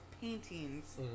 paintings